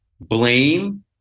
blame